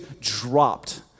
dropped